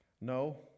No